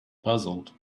puzzled